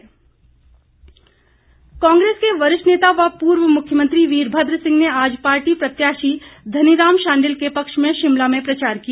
वीरभद्र सिंह कांग्रेस के वरिष्ठ नेता व पूर्व मुख्यमंत्री वीरभद्र सिंह ने आज पार्टी प्रत्याशी धनीराम शांडिल के पक्ष में शिमला में प्रचार किया